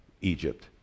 Egypt